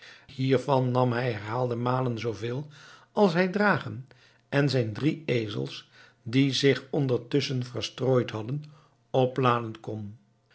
hiervan nam hij herhaalde malen zooveel als hij dragen en zijn drie ezels die zich ondertusschen verstrooid hadden opladen kon